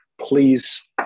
please